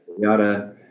yada